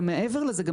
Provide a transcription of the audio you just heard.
ומעבר לזה,